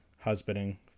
husbanding